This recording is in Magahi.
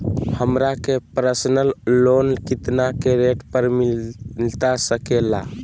हमरा के पर्सनल लोन कितना के रेट पर मिलता सके ला?